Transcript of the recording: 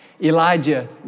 Elijah